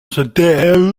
c’était